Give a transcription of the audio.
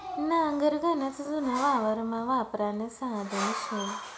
नांगर गनच जुनं वावरमा वापरानं साधन शे